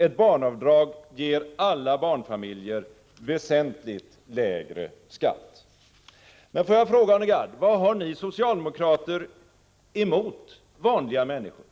Ett barnavdrag ger alla barnfamiljer väsentligt lägre skatt. Får jag fråga Arne Gadd: Vad har ni socialdemokrater emot vanliga människor?